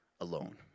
alone